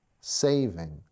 saving